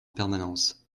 permanence